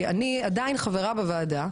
אני עדיין חברה בוועדה,